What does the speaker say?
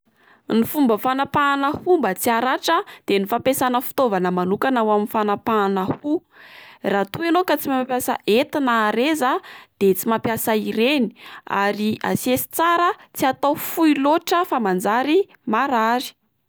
Ny fomba fanapahana hoho mba tsy haratra de ny fampiasana fitaovana manokana ho an'ny fanapahana hoho. raha toa ianao ka tsy mahay mampiasa hety na hareza de tsy mampiasa ireny ary asesy tsara tsy atao fohy loatra fa manjary marary.